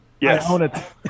Yes